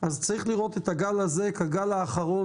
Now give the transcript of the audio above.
אז צריך לראות את הגל הזה כגל האחרון